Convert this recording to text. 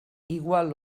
igual